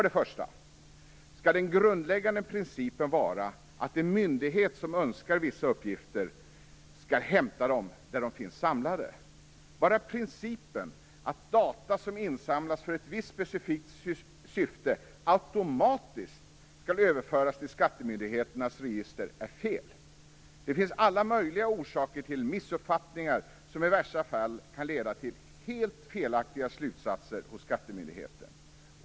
Den första orsaken är att den grundläggande principen skall vara att den myndighet som önskar vissa uppgifter skall hämta dem där de finns samlade. Bara principen att data som insamlats för ett visst specifikt syfte automatiskt skall överföras till skattemyndigheternas register är fel. Det finns alla möjliga orsaker till missuppfattningar som i värsta fall kan leda till helt felaktiga slutsatser hos skattemyndigheten.